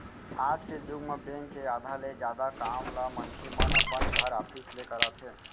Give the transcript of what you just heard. आज के जुग म बेंक के आधा ले जादा काम ल मनखे मन अपन घर, ऑफिस ले करत हे